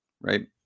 right